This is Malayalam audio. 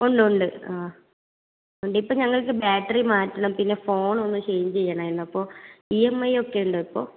ഉണ്ട് ഉണ്ട് ആ ഉണ്ട് ഇപ്പം ഞങ്ങൾക്ക് ബാറ്ററി മാറ്റണം പിന്നെ ഫോണ് ഒന്ന് ചേഞ്ച് ചെയ്യണേനു അപ്പോൾ ഇ എം ഐ ഒക്കെ ഉണ്ടോ ഇപ്പോൾ